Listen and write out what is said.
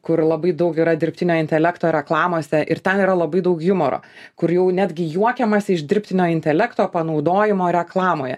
kur labai daug yra dirbtinio intelekto reklamose ir ten yra labai daug humoro kur jau netgi juokiamasi iš dirbtinio intelekto panaudojimo reklamoje